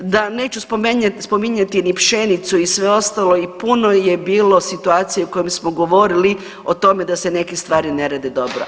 Da, neću spominjati ni pšenicu i sve ostalo i puno je bilo situacija u kojima smo govorili o tome da se neke stvari ne rade dobro.